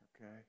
Okay